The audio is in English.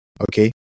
okay